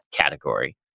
category